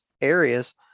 areas